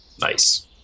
Nice